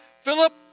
Philip